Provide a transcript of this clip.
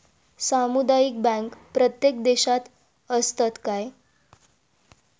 सामुदायिक बँक प्रत्येक देशात असतत काय?